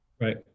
Right